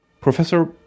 Professor